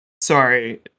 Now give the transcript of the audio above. sorry